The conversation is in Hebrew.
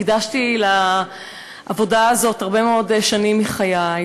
הקדשתי לעבודה הזאת הרבה מאוד שנים מחיי,